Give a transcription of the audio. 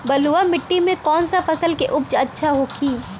बलुआ मिट्टी में कौन सा फसल के उपज अच्छा होखी?